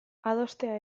adostea